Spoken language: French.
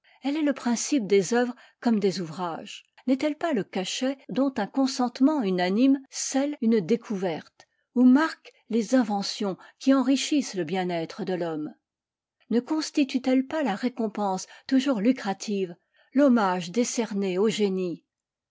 elle est le principe des œuvres comme des ouvrages n'est-elle pas le cachet dont un consen tement unanime scelh une découverte ou marque les inventions qui enrichissent le bien-être de l'homme ne constitue t elle pas la récompense toujours lucrative l'hommage décerné au génie